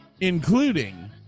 including